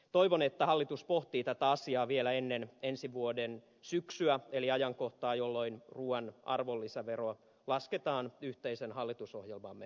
toivon että hallitus pohtii tätä asiaa vielä ennen ensi vuoden syksyä eli ajankohtaa jolloin ruuan arvolisäveroa lasketaan yhteisen hallitusohjelmamme mukaisesti